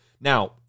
Now